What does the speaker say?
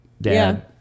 dad